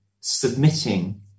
submitting